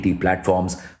platforms